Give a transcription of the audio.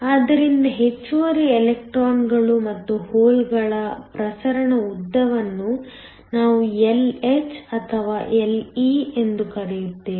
ಆದ್ದರಿಂದ ಹೆಚ್ಚುವರಿ ಎಲೆಕ್ಟ್ರಾನ್ಗಳು ಮತ್ತು ಹೋಲ್ಗಳ ಪ್ರಸರಣ ಉದ್ದವನ್ನು ನಾವು Lh ಅಥವಾ Le ಎಂದು ಕರೆಯುತ್ತೇವೆ